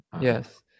yes